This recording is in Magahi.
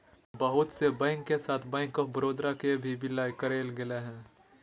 बहुत से बैंक के साथ बैंक आफ बडौदा के भी विलय करेल गेलय हें